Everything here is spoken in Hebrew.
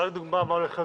לא.